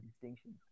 distinctions